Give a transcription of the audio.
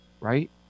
right